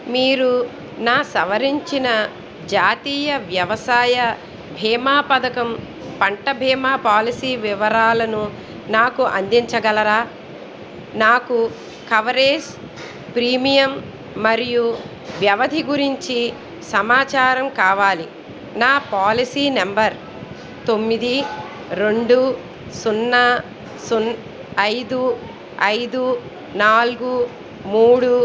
మీరు నా సవరించిన జాతీయ వ్యవసాయ బీమా పథకం పంట బీమా పాలసీ వివరాలను నాకు అందించగలరా నాకు కవరేజ్ ప్రీమియం మరియు వ్యవధి గురించి సమాచారం కావాలి నా పాలసీ నెంబర్ తొమ్మిది రెండు సున్నా ఐదు ఐదు నాలుగు మూడు